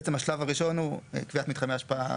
בעצם השלב הראשון הוא קביעת מתחמי השפעה